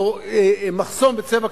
או מחסום בצבע כזה,